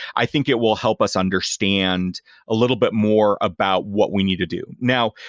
i think it will help us understand a little bit more about what we need to do. now,